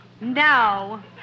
No